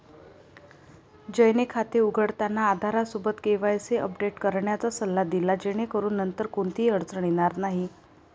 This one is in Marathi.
जयने खाते उघडताना आधारसोबत केवायसी अपडेट करण्याचा सल्ला दिला जेणेकरून नंतर कोणतीही अडचण येणार नाही